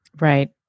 right